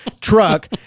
truck